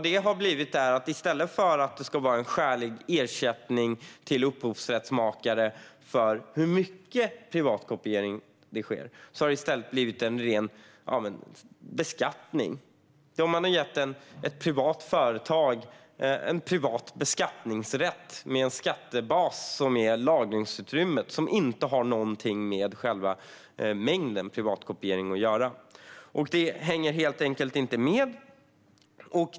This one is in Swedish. Det har i stället för att vara en skälig ersättning till upphovsrättshavare för hur mycket privatkopiering som sker blivit en ren beskattning. Man har gett ett privat företag en privat beskattningsrätt med en skattebas som är lagringsutrymmet och som inte har någonting med själva mängden privatkopiering att göra. Det hänger helt enkelt inte med.